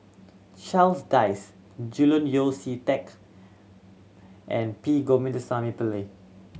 Charles Dyce Julian Yeo See Teck and P Govindasamy Pillai